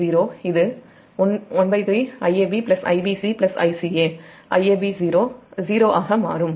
Iab0 இது 13 Iab Ibc Ica Iab0 0 ஆக மாறும்